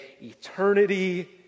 eternity